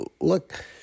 Look